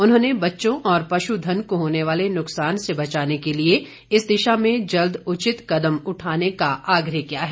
उन्होंने बच्चों और पशु धन को होने वाले नुकसान से बचाने के लिए इस दिशा में जल्द उचित कदम उठाने का आग्रह किया है